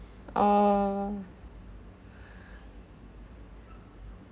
oh